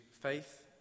faith